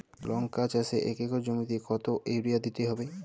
লংকা চাষে এক একর জমিতে কতো ইউরিয়া দিতে হবে?